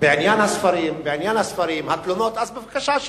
בעניין הספרים, התלונות, אז בבקשה שייבדקו.